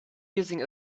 using